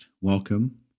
Welcome